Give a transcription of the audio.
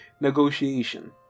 negotiation